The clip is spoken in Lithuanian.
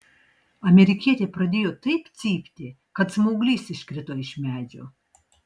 amerikietė pradėjo taip cypti kad smauglys iškrito iš medžio